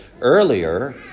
earlier